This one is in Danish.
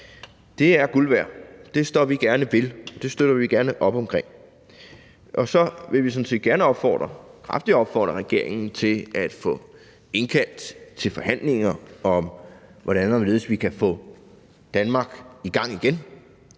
gerne ved, og det støtter vi gerne op omkring. Så vil vi sådan set også gerne kraftigt opfordre regeringen til at få indkaldt til forhandlinger om, hvordan og hvorledes vi kan få Danmark i gang igen.